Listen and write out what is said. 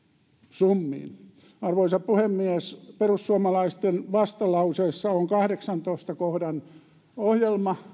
summiin arvoisa puhemies perussuomalaisten vastalauseessa on kahdeksannentoista kohdan ohjelma